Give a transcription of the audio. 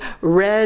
red